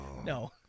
No